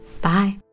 Bye